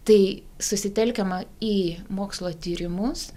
tai susitelkiama į mokslo tyrimus